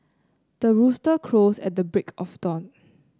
the rooster crows at the break of dawn